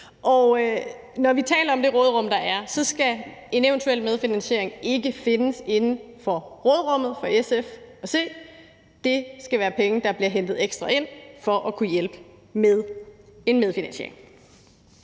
Når vi taler om det råderum, der er, skal en eventuel medfinansiering for SF at se ikke findes inden for råderummet. Det skal være ekstra penge, der bliver hentet ind for at kunne hjælpe med en medfinansiering.